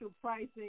pricing